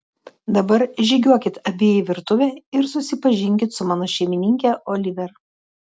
dabar žygiuokit abi į virtuvę ir susipažinkit su mano šeimininke oliver